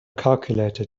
calculator